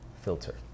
filter